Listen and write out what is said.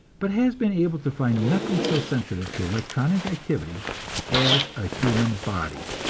but has been able to find nothing so sensitive to electronic activity as a human body.